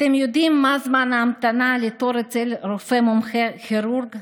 אתם יודעים מה זמן ההמתנה לתור אצל רופא מומחה כירורג?